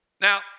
Now